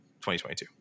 2022